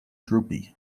droopy